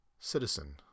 citizen